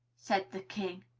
said the king.